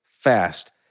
fast